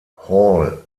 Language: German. hall